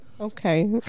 Okay